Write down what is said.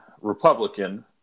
Republican